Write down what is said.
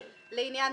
ועניין.